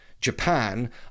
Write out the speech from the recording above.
Japan